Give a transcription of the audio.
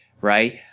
right